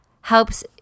helps